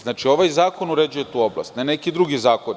Znači, ovaj zakon uređuje tu oblast, a ne neki drugi zakoni.